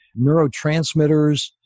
neurotransmitters